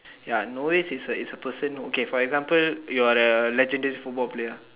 ya novice is a is a person okay for example you are a legendary football player